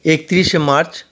একতিরিশে March